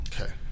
Okay